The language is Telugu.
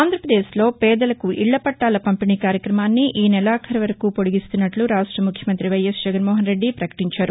ఆంధ్రప్రదేశ్లో పేదలకు ఇళ్లపట్టాల పంపిణీ కార్యక్రమాన్ని ఈ నెలాఖరు వరకు పొడిగిస్తున్నట్లు రాష్ట ముఖ్యమంతి వైఎస్ జగన్మోహన్ రెడ్డి ప్రకటించారు